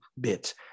bit